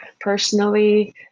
personally